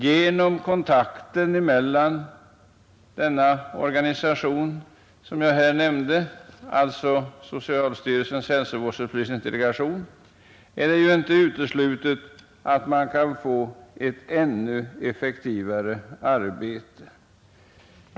Genom kontakten mellan socialstyrelsens hälsovårdsupplysningsdelegation och Centralförbundet för alkoholoch narkotikaupplysning är det inte uteslutet att arbetet kan bli ännu effektivare.